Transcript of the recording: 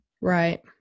Right